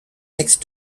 next